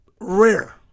rare